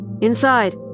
Inside